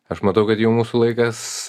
aš matau kad jau mūsų laikas